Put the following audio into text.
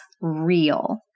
real